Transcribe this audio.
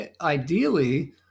ideally